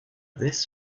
this